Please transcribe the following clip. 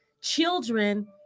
children